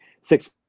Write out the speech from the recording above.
six –